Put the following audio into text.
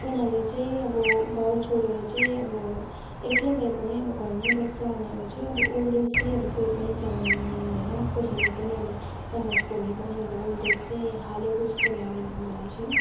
उनीहरूले चाहिँ अब घर छोडेर चाहिँ अब एक्लै भए पनि अब घरमा बस्छ उनीहरू चाहिँ अब ओल्ड एज चाहिँ कोही पनि जानु मान्दैन कसैले पनि अब समाजकोहरूले पनि अब ओल्ड एज चाहिँ हालेको जस्तो लागेन मलाई चाहिँ